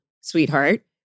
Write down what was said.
sweetheart